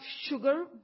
sugar